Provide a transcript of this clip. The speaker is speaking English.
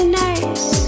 nice